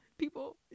people